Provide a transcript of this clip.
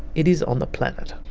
it is on the planet.